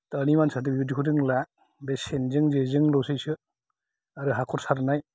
दानि मानसियाथ' बिबादिखौ रोंला बे सेनजों जेजोंल'सो आरो हाखर सारनाय